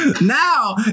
Now